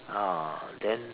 ah then